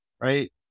right